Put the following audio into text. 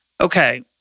okay